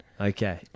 Okay